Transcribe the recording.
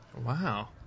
Wow